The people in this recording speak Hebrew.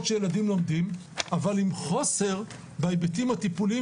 שבהן ילדים לומדים אבל עם חוסר בהיבטים הטיפוליים